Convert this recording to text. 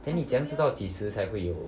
then 你怎样知道几时才会有